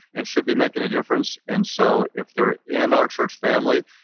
and should be making a difference and so if they're in our church family,